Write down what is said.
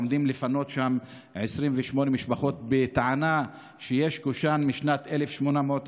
עומדים לפנות שם 28 משפחות בטענה שיש קושאן משנת 1800,